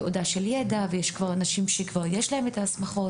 תעודה של ידע, ויש כבר אנשים שיש להם את ההסמכות?